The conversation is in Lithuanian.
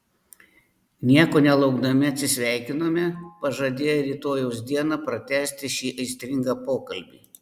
nieko nelaukdami atsisveikinome pažadėję rytojaus dieną pratęsti šį aistringą pokalbį